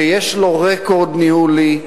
שיש לו רקורד ניהולי,